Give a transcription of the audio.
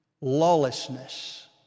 lawlessness